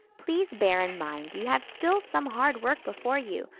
please bear in mind you have still some hard work before you,